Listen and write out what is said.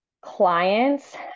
clients